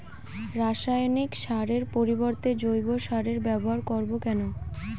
রাসায়নিক সারের পরিবর্তে জৈব সারের ব্যবহার করব কেন?